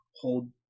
hold